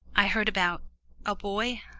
i heard about a boy.